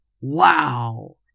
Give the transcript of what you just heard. Wow